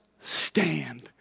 stand